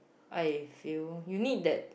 I feel you need that